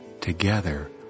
Together